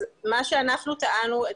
אנחנו נביא עוד לוחמים,